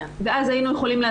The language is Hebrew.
ואז היינו יכולים,